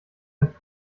ein